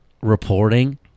reporting